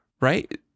right